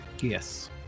Yes